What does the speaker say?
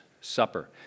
Supper